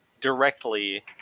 directly